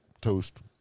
toast